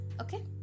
okay